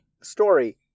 story